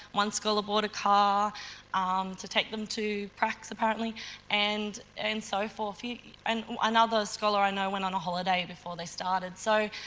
one scholar bought a car um to take them to pracs apparently and and so forth. yeah and and another scholar i know went on a holiday before they started. so,